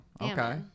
okay